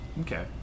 Okay